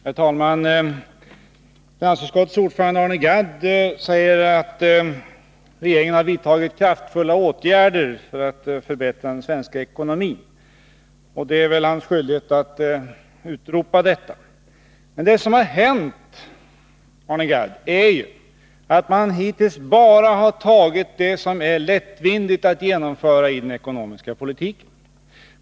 Herr talman! Finansutskottets ordförande, Arne Gadd, säger att regeringen har vidtagit kraftfulla åtgärder för att förbättra den svenska ekonomin, och det är väl hans skyldighet att utropa detta. Men det som har hänt, Arne Gadd, är ju att man hittills bara har tagit det som är lättvindigt att genomföra i den ekonomiska politiken.